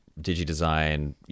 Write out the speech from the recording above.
DigiDesign